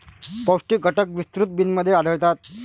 पौष्टिक घटक विस्तृत बिनमध्ये आढळतात